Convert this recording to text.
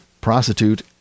prostitute